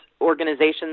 organizations